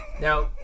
Now